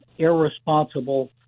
irresponsible